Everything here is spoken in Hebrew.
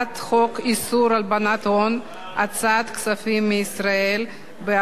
הלבנת הון (הוצאת כספים מישראל בעבור מסתנן,